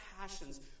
passions